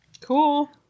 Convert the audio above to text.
Cool